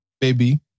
baby